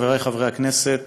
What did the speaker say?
חברי חברי הכנסת,